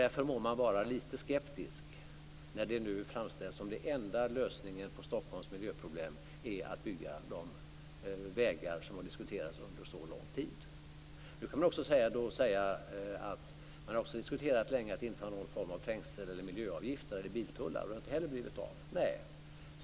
Därför må man vara lite skeptisk när det nu framställs som att den enda lösningen på Stockholms miljöproblem är att bygga de vägar som har diskuterats under så lång tid. Man har också länge diskuterat att införa någon form av trängselavgifter, miljöavgifter eller biltullar, och det har inte heller blivit av.